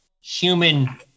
Human